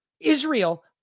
Israel